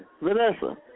Vanessa